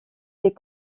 les